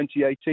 2018